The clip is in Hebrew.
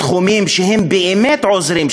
בתחומים שהם באמת עוזרים,